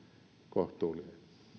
kohtuullinen